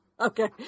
Okay